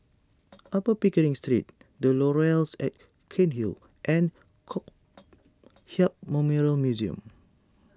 Upper Pickering Street the Laurels at Cairnhill and Kong Hiap Memorial Museum